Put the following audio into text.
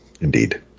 Indeed